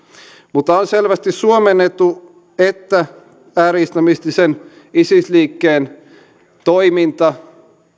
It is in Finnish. mutta on selvästi suomen etu että ääri islamistisen isis liikkeen toiminta